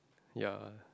ya